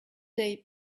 day